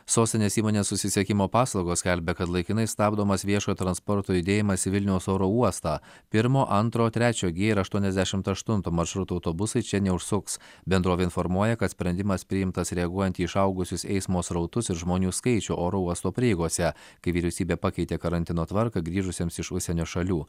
sostinės įmonė susisiekimo paslaugos skelbia kad laikinai stabdomas viešojo transporto judėjimas į vilniaus oro uostą pirmo antro trečio g ir aštuoniasdešimt aštunto maršruto autobusai čia neužsuks bendrovė informuoja kad sprendimas priimtas reaguojant į išaugusius eismo srautus ir žmonių skaičių oro uosto prieigose kai vyriausybė pakeitė karantino tvarką grįžusiems iš užsienio šalių